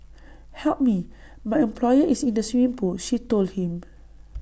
help me my employer is in the swimming pool she told him